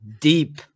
deep